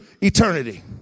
eternity